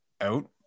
out